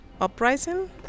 uprising